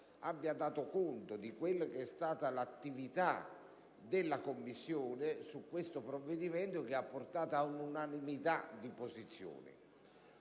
abbia dato conto di quella che è stata l'attività della Commissione su questo provvedimento, che ha portato ad un'unanimità di posizioni.